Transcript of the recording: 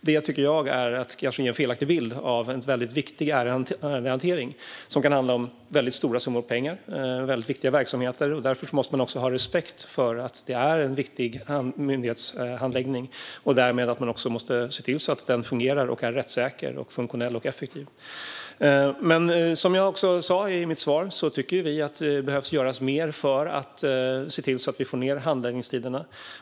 Det är att ge en felaktig bild av en viktig ärendehantering. Det kan handla om väldigt stora summor pengar och viktiga verksamheter. Vi måste ha respekt för att det är en viktig myndighetshandläggning och se till att den fungerar och är rättssäker, funktionell och effektiv. Som jag sa i mitt svar tycker vi att det behöver göras mer för att korta handläggningstiderna.